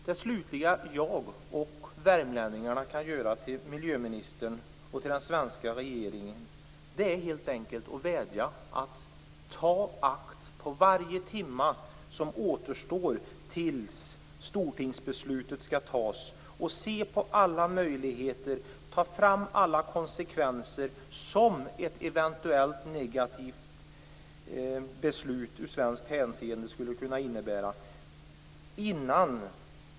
Det sista jag och värmlänningarna kan göra är helt enkelt att vädja om att miljöministern och den svenska regeringen tar varje timme som återstår tills Stortingsbeslutet skall fattas i akt, ser på alla möjligheter och tar fram alla konsekvenser som ett i svenskt hänseende eventuellt negativt beslut skulle kunna innebära.